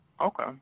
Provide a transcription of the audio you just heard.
Okay